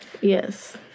Yes